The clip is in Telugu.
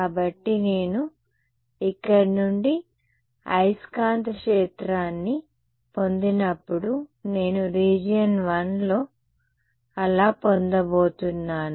కాబట్టి నేను ఇక్కడ నుండి అయస్కాంత క్షేత్రాన్ని పొందినప్పుడు నేను రీజియన్ 1లో అలా పొందబోతున్నాను